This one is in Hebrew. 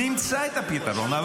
נמצא את הפתרון.